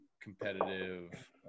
competitive